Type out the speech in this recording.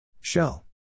Shell